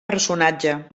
personatge